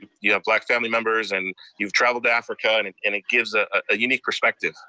you have black family members, and you've traveled to africa, and and and it gives a ah unique perspective.